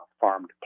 farmed